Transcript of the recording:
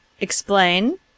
Explain